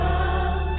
Love